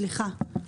סליחה.